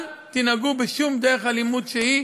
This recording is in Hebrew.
אל תנהגו בשום דרך אלימות שהיא